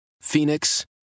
Phoenix